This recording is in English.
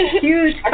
huge